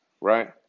Right